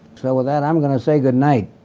so with that, i'm going to say good night.